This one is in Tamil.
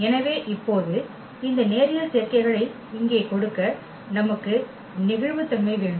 எனவே இப்போது இந்த நேரியல் சேர்க்கைகளை இங்கே கொடுக்க நமக்கு நெகிழ்வுத்தன்மை வேண்டும்